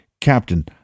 Captain